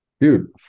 Dude